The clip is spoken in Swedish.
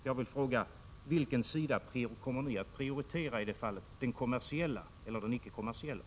Jag vill fråga: Vilken sida kommer ni att prioritera — den kommersiella eller den icke-kommersiella?